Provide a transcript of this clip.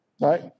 Right